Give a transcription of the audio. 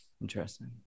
Interesting